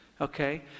Okay